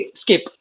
skip